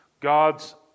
God's